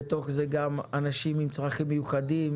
3) בתוך זה גם אנשים עם צרכים מיוחדים,